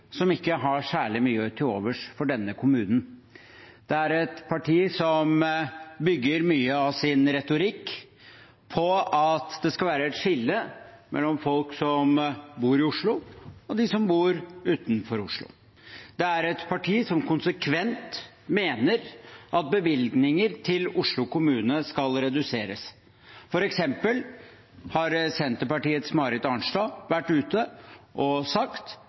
som ikke har særlig mye til overs for denne kommunen. Det er et parti som bygger mye av sin retorikk på at det skal være et skille mellom folk som bor i Oslo, og dem som bor utenfor Oslo. Det er et parti som konsekvent mener at bevilgninger til Oslo kommune skal reduseres. For eksempel har Senterpartiets Marit Arnstad vært ute og sagt